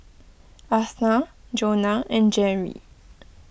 Eartha Jonna and Jerrie